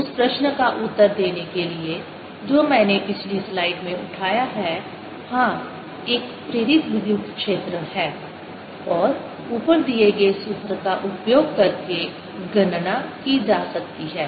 इसलिए उस प्रश्न का उत्तर देने के लिए जो मैंने पिछली स्लाइड में उठाया है हां एक प्रेरित विद्युत क्षेत्र है और ऊपर दिए गये सूत्र का उपयोग करके गणना की जा सकती है